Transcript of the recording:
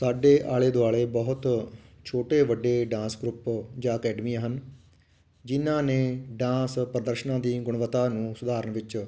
ਸਾਡੇ ਆਲੇ ਦੁਆਲੇ ਬਹੁਤ ਛੋਟੇ ਵੱਡੇ ਡਾਂਸ ਗਰੁੱਪ ਜਾਂ ਅਕੈਡਮੀਆਂ ਹਨ ਜਿਹਨਾਂ ਨੇ ਡਾਂਸ ਪ੍ਰਦਰਸ਼ਨਾਂ ਦੀ ਗੁਣਵੱਤਾ ਨੂੰ ਸੁਧਾਰਨ ਵਿੱਚ